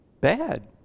bad